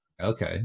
Okay